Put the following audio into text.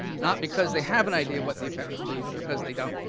not because they have an idea of what the effects will be but because they don't.